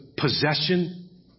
possession